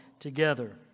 Together